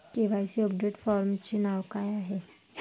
KYC update फॉर्मचे नाव काय आहे?